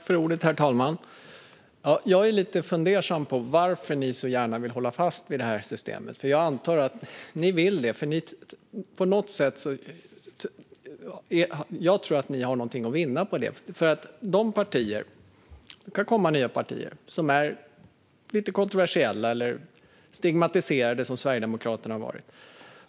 Herr talman! Jag är lite fundersam när det gäller varför ni så gärna vill hålla fast vid detta system, Morgan Johansson. Jag tror att ni vill det för att ni har någonting att vinna på det. Det kan komma nya partier som är lite kontroversiella eller stigmatiserade, som Sverigedemokraterna har varit.